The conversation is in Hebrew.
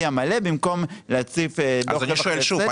המלא במקום ל --- אז אני שואל שוב.